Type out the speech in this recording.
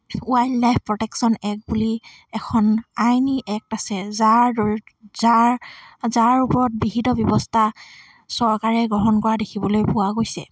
wildlife protection act বুলি এখন আইনী এক্ট আছে যাৰ যাৰ যাৰ ওপৰত বিহিত ব্যৱস্থা চৰকাৰে গ্ৰহণ কৰা দেখিবলৈ পোৱা গৈছে